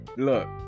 Look